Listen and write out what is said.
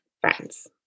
friends